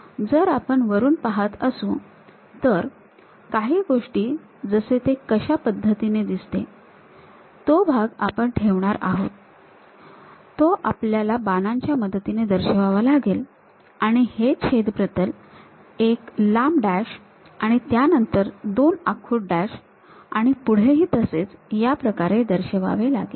तर जर आपण वरून पाहत असू तर काही गोष्टी जसे ते कशा पद्धतीने दिसते तो भाग आपण ठेवणार राहतो तो आपल्याला बाणांच्या मदतीने दर्शवावा लागेल आणि हे छेद प्रतल एक लांब डॅश आणि त्यानंतर दोन आखूड डॅश आणि पुढेही तसेच या प्रकारे दर्शवावे लागेल